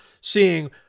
seeing